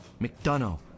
McDonough